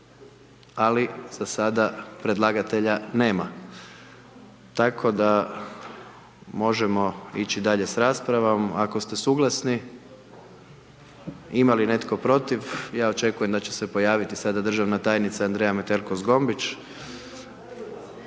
ali za sada predlagatelja nema, tako da možemo ići dalje s raspravom ako ste suglasni. Ima li netko protiv? Ja očekujem da će se pojaviti sada državna tajnica Andreja Metelko Zgombić.